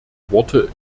worte